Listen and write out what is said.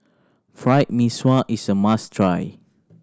Fried Mee Sua is a must try